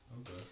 Okay